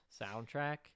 Soundtrack